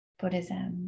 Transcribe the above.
Buddhism